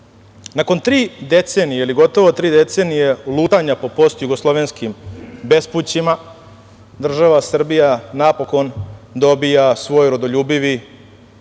tri decenije, ili gotovo tri decenije lutanja po postjugoslovenskim bespućima država Srbija napokon dobija svoj rodoljubivi,